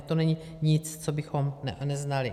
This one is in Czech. To není nic, co bychom neznali.